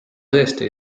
tõesti